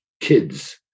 kids